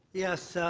yes, so